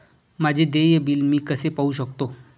माझे देय बिल मी कसे पाहू शकतो?